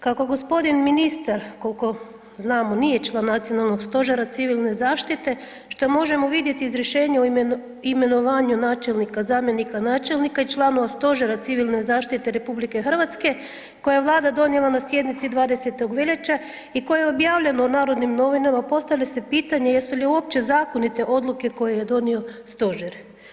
Kako gospodin ministar koliko znamo nije član Nacionalnog stožera civilne zaštite što možemo vidjeti iz rješenja o imenovanju načelnika, zamjenika načelnika i članova Stožera civilne zaštite RH koje je Vlada RH donijela na sjednici 20. veljače i koje je objavljeno u Narodnim novinama postavlja se pitanje jesu li uopće zakonite odluke koje je donio stožer.